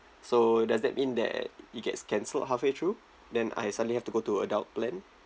so does that mean that it gets canceled halfway through then I suddenly have to go to adult plan